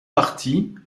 parties